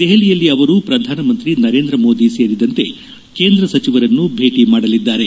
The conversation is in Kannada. ದೆಹಲಿಯಲ್ಲಿ ಅವರು ಪ್ರಧಾನ ಮಂತ್ರಿ ನರೇಂದ್ರ ಮೋದಿ ಸೇರಿದಂತೆ ಕೇಂದ್ರ ಸಚಿವರನ್ನು ಭೇಟಿ ಮಾಡಲಿದ್ದಾರೆ